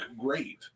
great